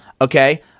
Okay